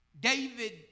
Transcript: David